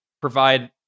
provide